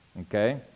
Okay